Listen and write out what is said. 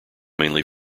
mainly